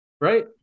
Right